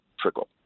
trickle